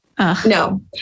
No